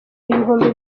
ibihumbi